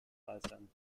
balsam